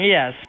Yes